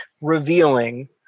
revealing